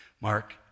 Mark